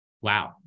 Wow